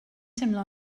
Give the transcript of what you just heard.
teimlo